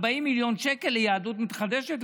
40 מיליון שקלים ליהדות מתחדשת,